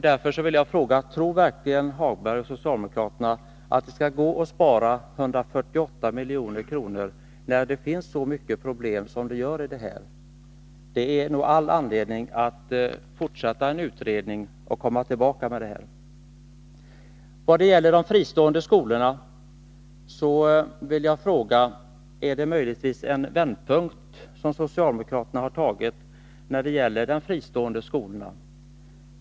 Därför vill jag fråga: Tror verkligen Helge Hagberg och socialdemokraterna att det skall gå att spara 148 milj.kr. när det finns så mycket problem som det gör här? Det är nog all anledning att fortsätta en utredning och komma tillbaka med frågan. I vad gäller de fristående skolorna vill jag fråga: Är detta möjligtvis en vändpunkt för socialdemokraterna när det gäller de fristående skolorna?